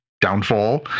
downfall